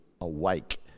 awake